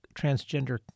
transgender